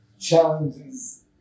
Challenges